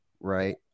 Right